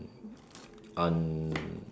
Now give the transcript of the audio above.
un~